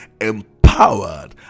empowered